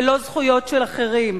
ולא זכויות של אחרים?